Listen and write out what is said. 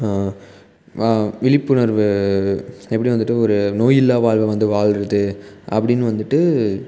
வ விழுப்புணர்வு எப்படி வந்துட்டு ஒரு நோயில்லா வாழ்வை வந்து வாழ்கிறது அப்படின்னு வந்துட்டு